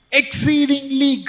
exceedingly